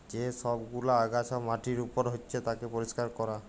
যে সব গুলা আগাছা মাটির উপর হচ্যে তাকে পরিষ্কার ক্যরা